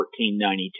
1492